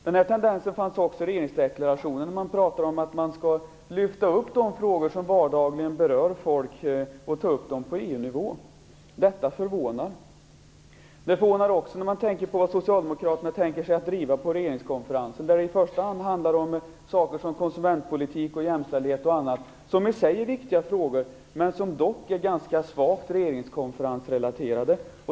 Samma tendens finns i regeringsdeklarationen. Man pratar om att lyfta upp till Europanivå de frågor som i vardagen berör folk. Detta förvånar. Det är också förvånande med tanke på vad Socialdemokraterna tänker sig driva på regeringskonferensen. I första hand handlar det om sådant som exempelvis konsumentpolitik och jämställdhet - i sig viktiga frågor, men ändå frågor som är ganska svagt regeringskonferensrelaterade.